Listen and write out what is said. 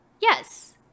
yes